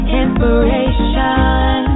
inspiration